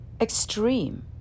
extreme